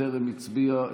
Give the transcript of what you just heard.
שטרם הצביע?